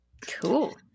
Cool